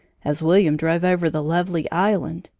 as william drove over the lovely island,